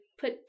put